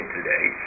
today